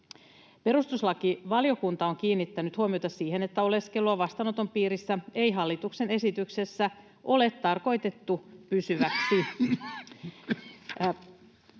Perustuslakivaliokunta on kiinnittänyt huomiota siihen, että oleskelua vastaanoton piirissä ei hallituksen esityksessä ole tarkoitettu pysyväksi.